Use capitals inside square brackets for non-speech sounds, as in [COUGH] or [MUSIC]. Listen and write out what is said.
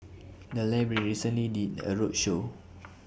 The Library [NOISE] recently did A roadshow